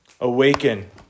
Awaken